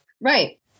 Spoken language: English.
right